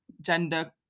gender